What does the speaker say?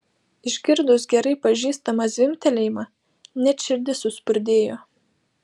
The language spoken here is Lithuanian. išgirdus gerai pažįstamą zvimbtelėjimą net širdis suspurdėjo